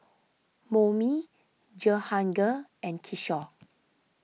Homi Jehangirr and Kishore